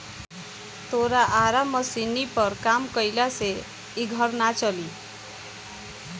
तोरा आरा मशीनी पर काम कईला से इ घर ना चली